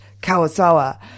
Kawasawa